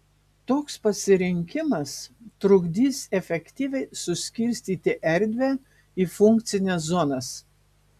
toks pasirinkimas trukdys efektyviai suskirstyti erdvę į funkcines zonas